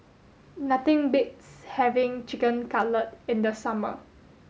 nothing beats having Chicken Cutlet in the summer